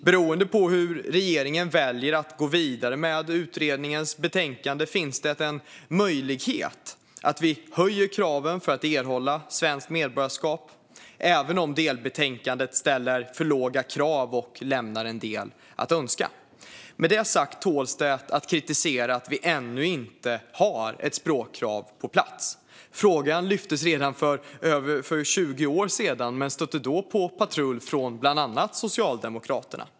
Beroende på hur regeringen väljer att gå vidare med utredningens betänkande finns det en möjlighet att vi höjer kraven för att erhålla svenskt medborgarskap, även om delbetänkandet ställer för låga krav och lämnar en del att önska. Med detta sagt tål det att kritiseras att vi ännu inte har ett språkkrav på plats. Frågan lyftes upp redan för 20 år sedan men stötte då på patrull från bland andra Socialdemokraterna.